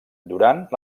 durant